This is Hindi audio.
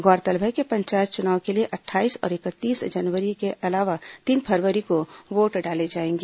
गौरतलब है कि पंचायत चुनाव के लिए अट्ठाईस और इकतीस जनवरी के अलावा तीन फरवरी को वोट डाले जाएंगे